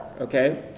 Okay